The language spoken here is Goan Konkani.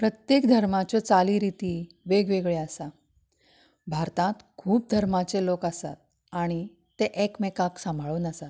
प्रत्येक धर्माच्यो चालीरिती वेगवेगळ्यो आसा भारतांत खूब धर्मांचे लोक आसात आनी तें एकमेकाक साबांळून आसा